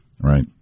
right